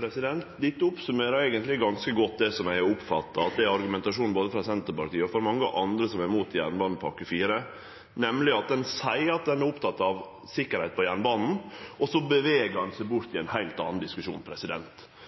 Dette summerer eigentleg ganske godt opp det som eg oppfattar er argumentasjonen både frå Senterpartiet og frå mange andre som er mot jernbanepakke IV, nemleg at ein seier at ein er oppteken av sikkerheit på jernbanen, og så beveger ein seg bort